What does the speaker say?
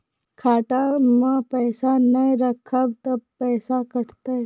खाता मे पैसा ने रखब ते पैसों कटते?